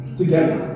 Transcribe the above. together